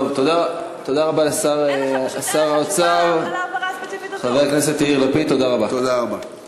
תודה רבה לשר האוצר, פשוט אין לך תשובה ביחס